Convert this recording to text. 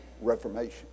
Reformation